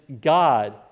God